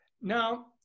Now